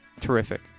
terrific